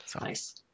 Nice